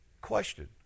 Question